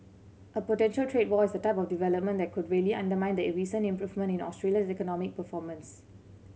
a potential trade war is the type of development that could really undermine the recent improvement in Australia's economic performance